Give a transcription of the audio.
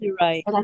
right